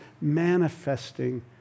manifesting